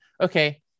okay